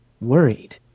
worried